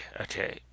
okay